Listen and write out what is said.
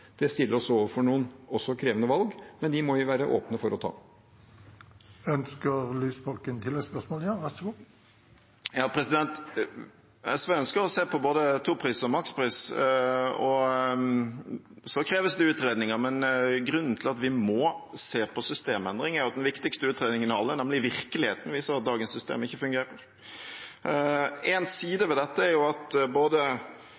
Det stiller oss også overfor noen krevende valg, men dem må vi være åpne for å ta. Det blir oppfølgingsspørsmål – først Audun Lysbakken. SV ønsker å se på både topris og makspris, og så kreves det utredninger. Men grunnen til at vi må se på systemendring, er at den viktigste utredningen av alle, nemlig virkeligheten, viser at dagens system ikke fungerer. En side ved dette er at både